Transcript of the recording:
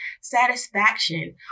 satisfaction